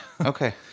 Okay